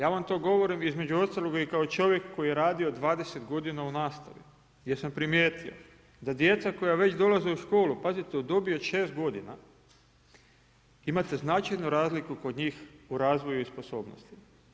Ja vam to govorim, između ostaloga, i kao čovjek koji je radio 20 godina u nastavi, gdje sam primijetio da djeca koja već dolaze u školu, pazite, u dobi od 6 godina, imate značajnu razliku kod njih u razvoju i sposobnostima.